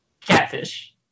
Catfish